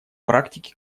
практике